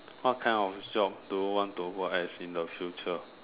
what kind of job do you want to work as in the future